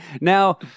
Now